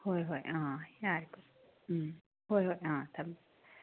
ꯍꯣꯏ ꯍꯣꯏ ꯑꯥ ꯌꯥꯔꯦꯀꯣ ꯎꯝ ꯍꯣꯏ ꯍꯣꯏ ꯑꯥ ꯊꯝꯃꯦ